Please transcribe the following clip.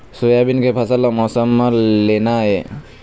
Soybean के फसल का मौसम म लेना ये?